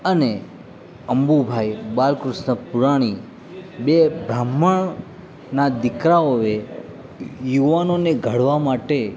અને અંબુભાઈ બાલકૃષ્ણ પુરાણી બે બ્રાહ્મણના દિકરાઓએ યુવાનોને ઘડવા માટે